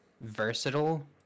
versatile